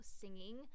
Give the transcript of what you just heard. singing